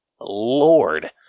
lord